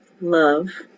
love